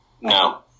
No